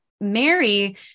Mary